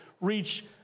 reach